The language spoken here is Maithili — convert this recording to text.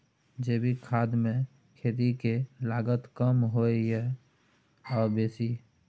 जैविक खाद मे खेती के लागत कम होय ये आ बेसी?